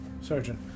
surgeon